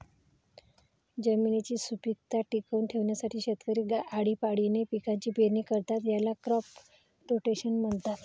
जमिनीची सुपीकता टिकवून ठेवण्यासाठी शेतकरी आळीपाळीने पिकांची पेरणी करतात, याला क्रॉप रोटेशन म्हणतात